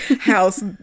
house